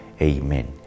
Amen